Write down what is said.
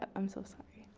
i'm so sorry.